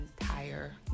entire